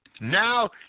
Now